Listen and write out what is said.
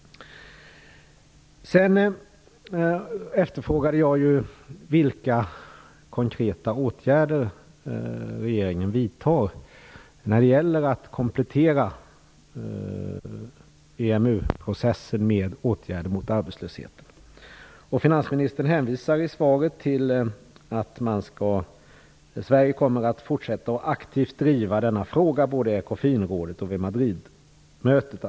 Sedan efterfrågade jag vilka konkreta åtgärder regeringen vidtar när det gäller att komplettera EMU processen med åtgärder mot arbetslösheten. Finansministern hänvisar i svaret till att "Sverige kommer att fortsätta att aktivt driva denna fråga både i Ekofinrådet och vid Madridmötet."